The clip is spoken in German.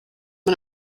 man